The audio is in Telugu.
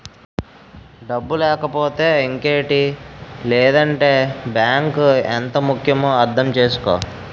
డబ్బు లేకపోతే ఇంకేటి లేదంటే బాంకు ఎంత ముక్యమో అర్థం చేసుకో